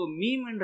meme